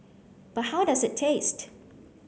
but how does it taste